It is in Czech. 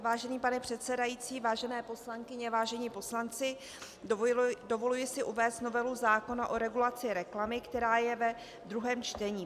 Vážený pane předsedající, vážené poslankyně, vážení poslanci, dovoluji si uvést novelu zákona o regulaci reklamy, která je ve druhém čtení.